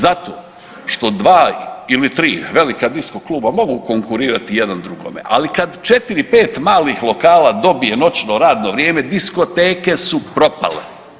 Zato što dva ili tri velika disko kluba mogu konkurirati jedan drugome, ali kad 4-5 malih lokala dobije noćno radno vrijeme diskoteke su propale.